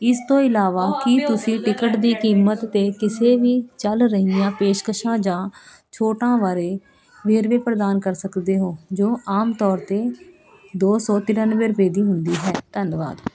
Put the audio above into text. ਇਸ ਤੋਂ ਇਲਾਵਾ ਕੀ ਤੁਸੀਂ ਟਿਕਟ ਦੀ ਕੀਮਤ 'ਤੇ ਕਿਸੇ ਵੀ ਚੱਲ ਰਹੀਆਂ ਪੇਸ਼ਕਸ਼ਾਂ ਜਾਂ ਛੋਟਾਂ ਬਾਰੇ ਵੇਰਵੇ ਪ੍ਰਦਾਨ ਕਰ ਸਕਦੇ ਹੋ ਜੋ ਆਮ ਤੌਰ 'ਤੇ ਦੋ ਸੌ ਤਿਰਨਵੇਂ ਰੁਪਏ ਦੀ ਹੁੰਦੀ ਹੈ ਧੰਨਵਾਦ